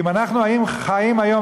כי אם אנחנו היינו חיים היום,